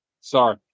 Sorry